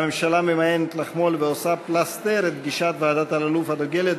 הממשלה ממאנת לחמול ועושה פלסתר את גישת ועדת אלאלוף הדוגלת,